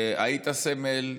היית סמל,